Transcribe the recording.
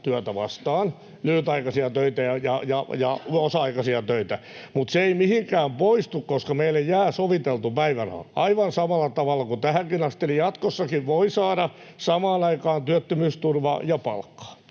työtä vastaan, lyhytaikaisia töitä ja osa-aikaisia töitä, mutta se ei mihinkään poistu, koska meille jää soviteltu päiväraha. Aivan samalla tavalla kuin tähänkin asti jatkossakin voi saada samaan aikaan työttömyysturvaa ja palkkaa.